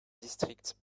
district